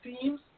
teams